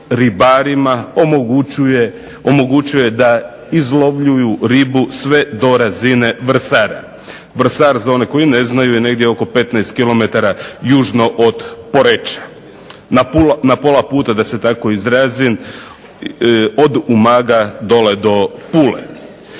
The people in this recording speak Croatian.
ribarima omogućuje da izlovljuju ribu sve do razine Vrsara. Vrsar, za one koji ne znaju, je negdje oko 15 km južno od Poreča. Na pola puta, da se tako izrazim, od Umaga dole do Pule.